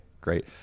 great